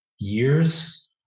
years